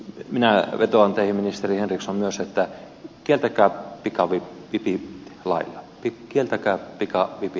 minä vetoan teihin ministeri henriksson myös että kieltäkää pikavipit lailla